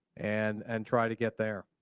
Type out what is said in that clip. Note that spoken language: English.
and and try to get there.